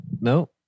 No